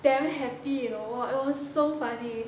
damn happy you know it was so funny